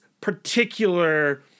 particular